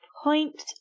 Point